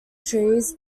trees